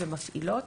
מפעילות